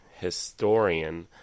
historian